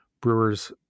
Brewers